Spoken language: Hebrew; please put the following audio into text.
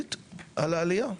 הישראלית על העלייה.